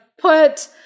put